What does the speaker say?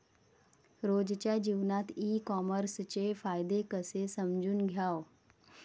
रोजच्या जीवनात ई कामर्सचे फायदे कसे समजून घ्याव?